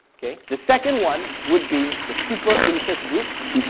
okay? the second one would be the super interest groups.